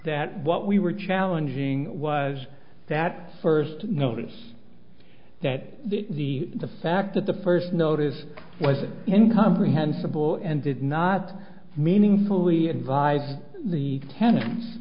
that what we were challenging was that first notice that the the fact that the first notice was in comprehensible and did not meaningfully advise the ten